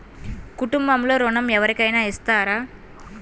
కుటుంబంలో ఋణం ఎవరికైనా ఇస్తారా?